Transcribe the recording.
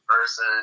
person